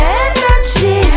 energy